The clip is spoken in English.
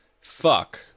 Fuck